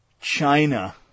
China